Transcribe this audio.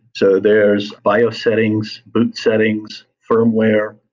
so there is bio settings, settings, firmware,